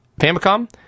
Famicom